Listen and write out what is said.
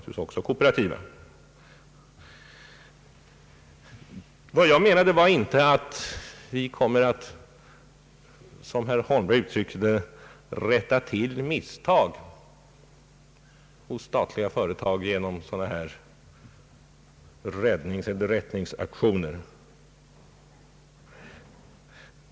Vi kommer inte att fortsätta denna verksamhet för att — som herr Holmberg uttryckte det — rätta till misstag hos statliga företag genom räddningseller rättningsaktioner.